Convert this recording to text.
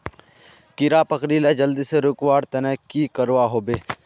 कीड़ा पकरिले जल्दी से रुकवा र तने की करवा होबे?